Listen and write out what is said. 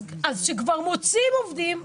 אז כשכבר מוצאים עובדים,